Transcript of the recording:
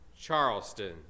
Charleston